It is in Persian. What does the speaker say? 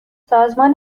سازمان